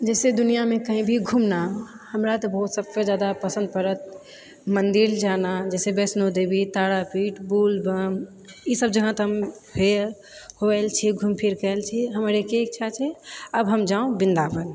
जैसे दुनियामे कहीं भी घूमना हमरा तऽ बहुत सबसँ जादा पसन्द पड़त मन्दिर जाना जैसे वैष्णोदेवी तारापीठ बोलबम इसब जगह तऽ हम हो आएल छिए घुमि फिरके आएल छी हमर एक ही इच्छा छै अब हम जाउँ वृन्दावन